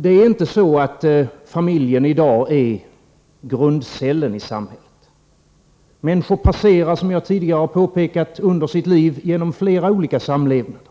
Det är inte så att familjen i dag är grundcellen i samhället. Människor passerar, som jag tidigare påpekat, under sitt liv genom flera olika samlevnader.